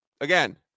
Again